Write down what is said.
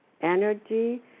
energy